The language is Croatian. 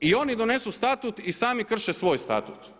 I oni donesu statut i sami krše svoj statut.